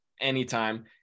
anytime